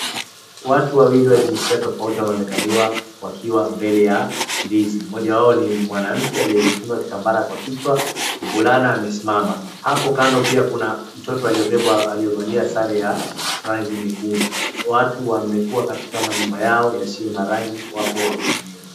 Watu wawili wa jinsia tofauti wanaonekaniwa wakiwa mbele ya ndizi, moja wao ni mwanamke aliyejifunga kitabala kwa kichwa, mvulana amesimama, hapo kando pia kuna mtoto aliyobebwa aliyovalia sare ya rangi nyekundu, watu wamekuwa katika majumba yao yasiyo na rangi wapo wametulia.